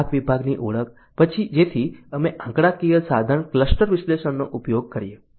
ગ્રાહક વિભાગની ઓળખ જેથી અમે આંકડાકીય સાધન ક્લસ્ટર વિશ્લેષણનો ઉપયોગ કરીએ